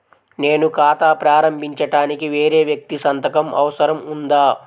నేను ఖాతా ప్రారంభించటానికి వేరే వ్యక్తి సంతకం అవసరం ఉందా?